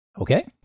Okay